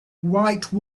white